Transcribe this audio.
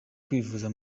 kwivuza